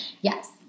Yes